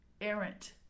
errant